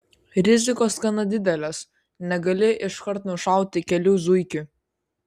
rizikos gana didelės negali iškart nušauti kelių zuikių